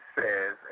says